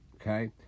Okay